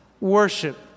worship